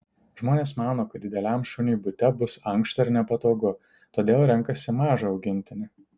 žmonės mano kad dideliam šuniui bute bus ankšta ir nepatogu todėl renkasi mažą augintinį